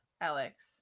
Alex